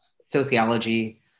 sociology